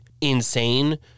insane